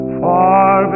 far